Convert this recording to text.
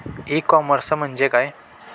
E commerce म्हणजे काय?